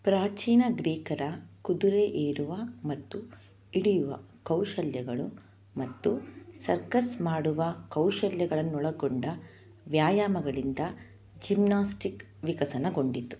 ಪ್ರಾಚೀನ ಗ್ರೀಕರ ಕುದುರೆ ಏರುವ ಮತ್ತು ಇಳಿಯುವ ಕೌಶಲ್ಯಗಳು ಮತ್ತು ಸರ್ಕಸ್ ಮಾಡುವ ಕೌಶಲ್ಯಗಳನ್ನ ಒಳಗೊಂಡ ವ್ಯಾಯಾಮಗಳಿಂದ ಜಿಮ್ನಾಸ್ಟಿಕ್ ವಿಕಸನಗೊಂಡಿತು